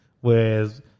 Whereas